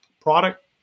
product